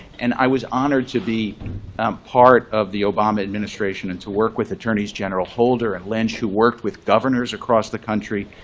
and i was honored to be um part of the obama administration and to work with attorneys general holder and lynch, who worked with governors across the country,